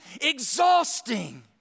exhausting